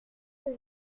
que